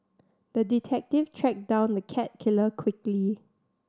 the detective tracked down the cat killer quickly